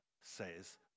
says